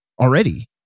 already